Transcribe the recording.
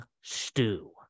Stew